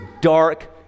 dark